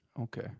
Okay